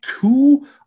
two